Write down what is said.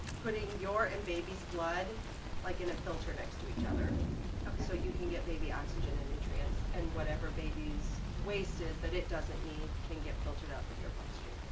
putting your and baby's blood like in a filter next to each other so you can get baby oxygen and nutrients and whatever babies waste is that it doesn't need can get filtered out through your bloodstream.